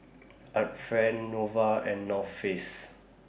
Art Friend Nova and North Face